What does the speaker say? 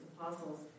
apostles